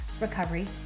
Recovery